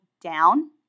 down